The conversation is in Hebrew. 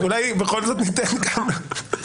איפוק זה הצד החזק שלי.